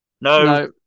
No